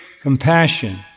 compassion